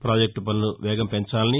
project పనుల వేగం పెంచాలని